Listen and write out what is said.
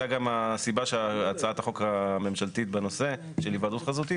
זו הייתה גם הסיבה שהצעת החוק הממשלתית בנושא של היוועדות חזותית